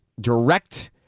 direct